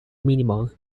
minimal